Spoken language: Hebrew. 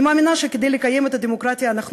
אני מאמינה שכדי לקיים את הדמוקרטיה אנחנו